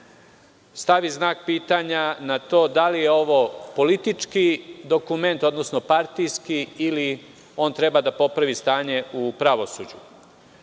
stavi znak pitanja na to da li je ovo politički dokument, odnosno partijski, ili on treba da popravi stanje u pravosuđu? Prema